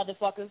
motherfuckers